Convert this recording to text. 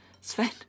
Sven